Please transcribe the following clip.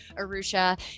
Arusha